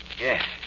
Yes